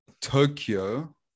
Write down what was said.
Tokyo